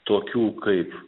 tokių kaip